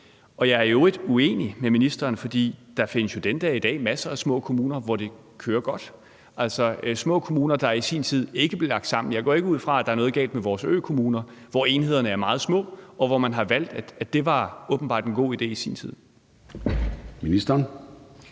øvrigt også uenig med ministeren. For der findes jo den dag i dag masser af små kommuner, hvor det kører godt, altså små kommuner, der i sin tid ikke blev lagt sammen. Jeg går ikke ud fra, at der er noget galt med vores økommuner, hvor enhederne er meget små, og hvor man åbenbart i sin tid har